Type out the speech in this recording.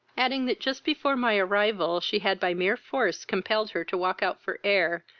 adding, that, just before my arrival, she had by mere force compelled her to walk out for air,